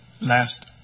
last